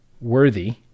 worthy